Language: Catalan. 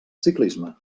ciclisme